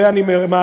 זה אני מעריך,